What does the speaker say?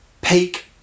peak